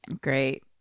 great